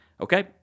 Okay